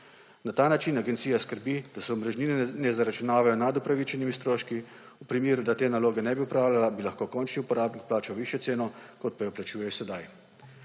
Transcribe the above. Na ta način agencija skrbi, da se omrežnine ne zaračunavajo nad upravičenimi stroški. V primeru, da te naloge ne bi opravljala, bi lahko končni uporabnik plačal višjo ceno, kot pa jo plačuje sedaj.